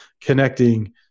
connecting